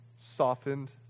softened